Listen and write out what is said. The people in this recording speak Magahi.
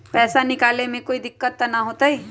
पैसा निकाले में कोई दिक्कत त न होतई?